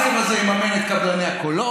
אתה רוצה שהכסף הזה יממן את קבלני הקולות,